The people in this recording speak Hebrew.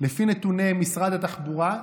נתוני משרד התחבורה,